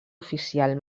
oficial